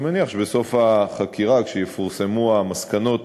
אני מניח שבסוף החקירה, כשיפורסמו המסקנות